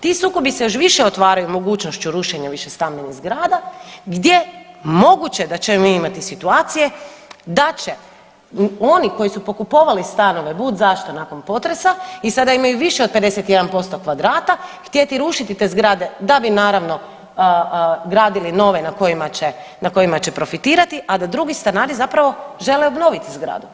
Ti sukobi se još više otvaranju mogućnošću rušenja višestambenih zgrada gdje moguće da ćemo imati situacije da će oni koji su pokupovali stanove budzašto nakon potresa i sada imaju više od 51% kvadrata, htjeti rušiti te zgrade, da bi naravno, gradili nove na kojima će profitirati, a da drugi stanari zapravo žele obnoviti zgradu.